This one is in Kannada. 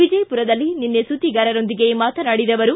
ವಿಜಯಪುರದಲ್ಲಿ ನಿನ್ನೆ ಸುದ್ದಿಗಾರರೊಂದಿಗೆ ಮಾತನಾಡಿದ ಅವರು